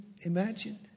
imagine